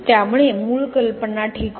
त्यामुळे मूळ कल्पना ठीक होती